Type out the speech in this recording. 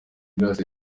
grace